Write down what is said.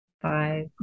five